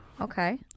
Okay